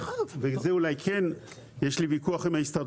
להכריח, ועל זה אולי כן יש לי ויכוח עם ההסתדרות,